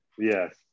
Yes